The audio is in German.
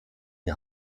die